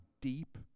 deep